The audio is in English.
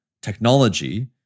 technology